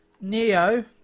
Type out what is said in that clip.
Neo